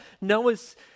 Noah's